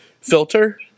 filter